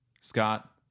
Scott